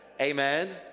Amen